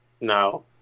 No